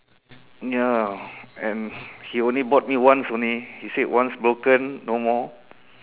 ya and he only bought me once only he said once broken no more